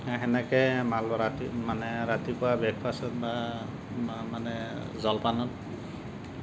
সেনেকে মানে ৰাতিপুৱা ব্ৰেকফাষ্ট বা মানে জলপানত